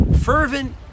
fervent